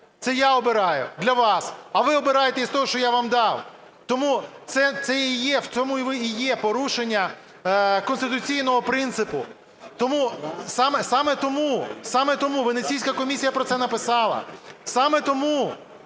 це я обираю для вас, а ви обираєте із того, що я вам дав. Тому це і є, в цьому і є порушення конституційного принципу. Саме тому, саме тому Венеційська комісія про це написала. Саме тому